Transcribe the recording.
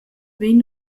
vegn